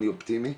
אני אופטימי.